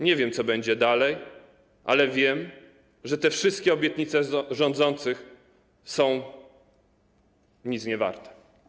Nie wiem, co będzie dalej, ale wiem, że te wszystkie obietnice rządzących są nic niewarte.